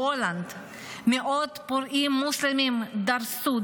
בהולנד מאות פורעים מוסלמים דרסו,